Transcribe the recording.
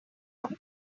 own